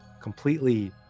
completely